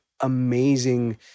amazing